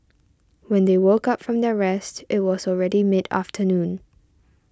when they woke up from their rest it was already mid afternoon